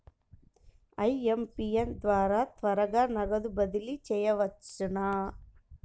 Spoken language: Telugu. ఐ.ఎం.పీ.ఎస్ ద్వారా త్వరగా నగదు బదిలీ చేయవచ్చునా?